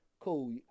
cool